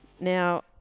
Now